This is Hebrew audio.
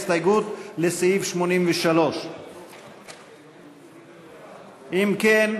כולל ההסתייגות לסעיף 83. אם כן,